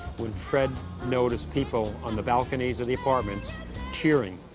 when fred noticed people on the balconies of the apartments cheering,